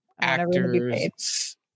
actors